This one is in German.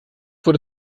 wurde